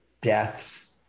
deaths